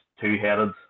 two-headed